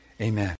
Amen